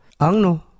Angno